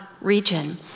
region